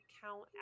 count